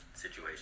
situation